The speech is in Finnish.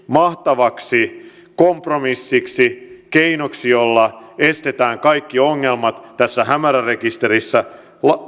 mahtavaksi kompromissiksi keinoksi jolla estetään kaikki ongelmat tässä hämärärekisterissä